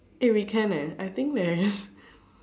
eh we can eh I think there